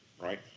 Right